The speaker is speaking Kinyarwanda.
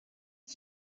iki